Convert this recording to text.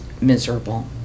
miserable